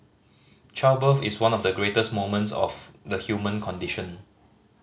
childbirth is one of the greatest moments of the human condition